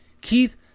Keith